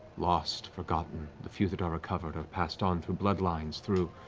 lost, forgotten. the few that are recovered are passed on through blood lines, through